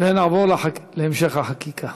ונעבור להמשך החקיקה.